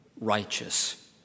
righteous